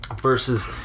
Versus